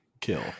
kill